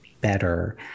better